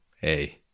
hey